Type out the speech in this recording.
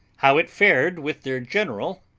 how it fared with their general,